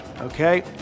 Okay